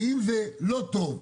כי אם זה לא טוב,